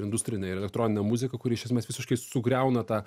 ir industrinė ir elektroninė muzika kuri iš esmės visiškai sugriauna tą